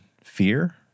fear